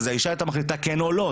אז האישה הייתה מחליטה כן או לא.